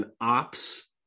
ops